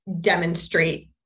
demonstrate